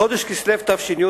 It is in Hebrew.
בחודש כסלו תש"י,